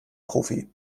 profi